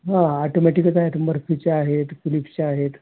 हं आटोमॅटिगच आहेत मर्फीचे आहेत फिलिप्सचे आहेत